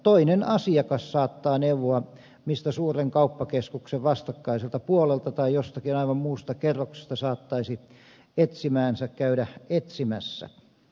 toinen asiakas saattaa neuvoa mistä suuren kauppakeskuksen vastakkaiselta puolelta tai jostakin aivan muusta kerroksesta saattaisi etsimäänsä käydä etsimässä